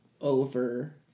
over